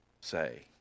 say